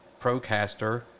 Procaster